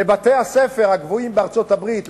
לבתי-הספר הגבוהים בארצות-הברית,